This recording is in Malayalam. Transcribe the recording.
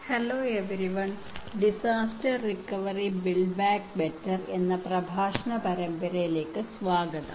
hello everyone disaster recovery build back better എന്ന പ്രഭാഷണ പരമ്പരയിലേക്ക് സ്വാഗതം